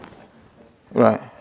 Right